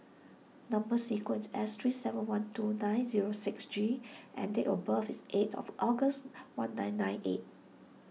Number Sequence is S three seven one two nine zero six G and date of birth is eight of August one nine nine eight